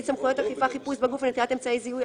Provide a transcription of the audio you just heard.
(סמכויות אכיפה חיפוש בגוף ונטילת אמצעי זיהוי),